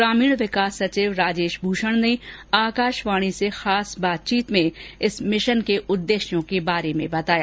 ग्रामीण विकास सचिव राजेश भूषण ने आकाशवाणी से खास बातचीत में इस मिशन के उद्देश्यों के बारे में बताया